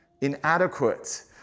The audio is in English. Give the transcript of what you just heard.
inadequate